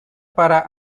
para